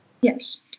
Yes